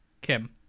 Kim